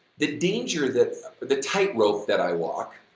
the danger that the tightrope that i walk